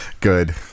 Good